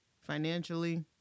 financially